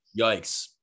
yikes